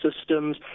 systems